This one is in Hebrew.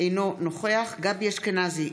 אינו נוכח גבי אשכנזי,